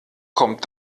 kommt